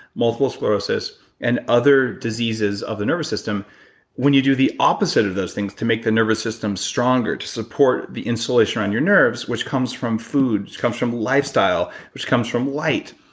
multiple sclerosis and other diseases of the nervous system when you do the opposite of those things to make the nervous system stronger, to support the insulation around your nerves, which comes from food, which comes from lifestyle, which comes from light,